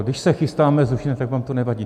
Když se chystáme zrušit , tak vám to nevadí.